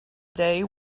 day